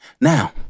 Now